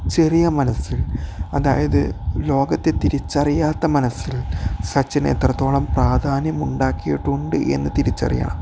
ചെറിയ മനസ്സിൽ അതായത് ലോകത്തെ തിരിച്ചറിയാത്ത മനസ്സിൽ സച്ചിൻ എത്രത്തോളം പ്രാധാന്യം ഉണ്ടാക്കിയിട്ടുണ്ട് എന്നു തിരിച്ചറിയണം